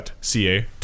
.ca